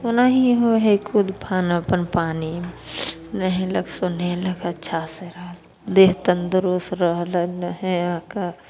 ओना ही होइ हइ कूद फाँद अपन पानि नहेलक सुनेलक अच्छा से रहल देह तंदुरस्त रहल नहा कऽ